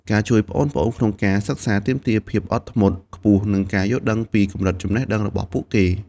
ការជួយប្អូនៗក្នុងការសិក្សាទាមទារភាពអត់ធ្មត់ខ្ពស់ និងការយល់ដឹងពីកម្រិតចំណេះដឹងរបស់ពួកគេ។